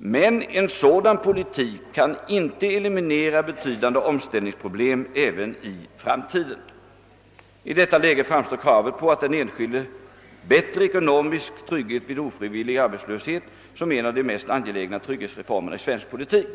Men en sådan politik kan inte eliminera betydande omställningsproblem även i framtiden. I detta läge framstår kravet på att ge den enskilde bättre ekonomisk trygghet vid ofrivillig arbetslöshet som en av de mest angelägna trygghetsreformerna i svensk politik.»